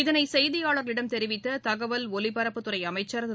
இதனை செய்தியாளர்களிடம் தெரிவித்த தகவல் ஒலிபரப்புத்துறை அமைச்சர் திரு